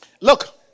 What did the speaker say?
Look